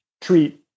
treat